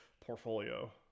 portfolio